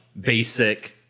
basic